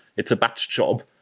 it's a batch job.